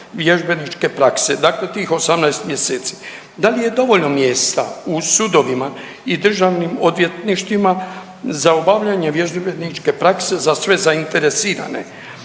vježbeničke prakse, dakle tih 18 mjeseci. Da li je dovoljno mjesta u sudovima i državnim odvjetništvima za obavljanje vježbeničke prakse za sve zainteresirane,